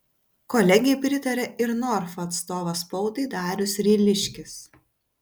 kolegei pritarė ir norfa atstovas spaudai darius ryliškis